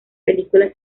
película